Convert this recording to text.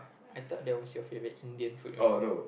I thought that was your favourite Indian food only